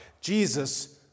Jesus